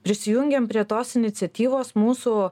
prisijungiam prie tos iniciatyvos mūsų